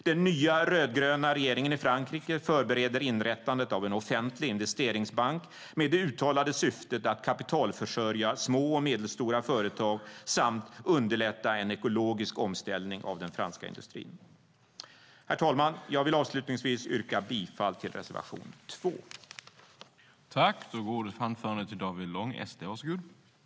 Den nya rödgröna regeringen i Frankrike förbereder inrättandet av en offentlig investeringsbank med det uttalade syftet att kapitalförsörja små och medelstora företag samt underlätta en ekologisk omställning av den franska industrin. Herr talman! Jag vill avslutningsvis yrka bifall till reservation 2.